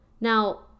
Now